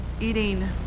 eating